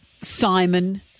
Simon